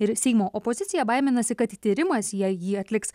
ir seimo opozicija baiminasi kad tyrimas jei jį atliks